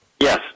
Yes